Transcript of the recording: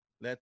Let